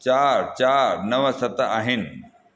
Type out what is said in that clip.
चार चार नव सत आहिनि